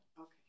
Okay